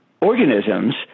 organisms